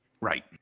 Right